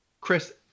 Chris